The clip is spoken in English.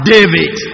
David